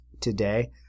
today